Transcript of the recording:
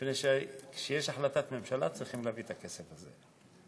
מפני שכשיש החלטת ממשלה צריכים להביא את הכסף הזה.